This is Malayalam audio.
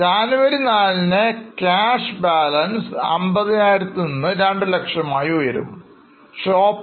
ജനുവരി 4 ന് ക്യാഷ് ബാലൻസ് 50000നിന്ന് 200000 ആയി ഉയർന്നു